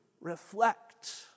reflect